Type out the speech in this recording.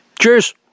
Cheers